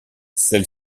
celle